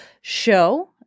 show